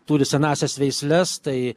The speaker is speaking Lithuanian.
turi senąsias veisles tai